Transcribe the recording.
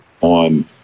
on